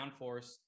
downforce